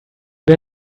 wir